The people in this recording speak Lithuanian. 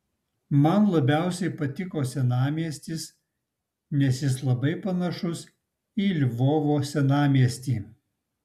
man labiausiai patiko senamiestis nes jis labai panašus į lvovo senamiestį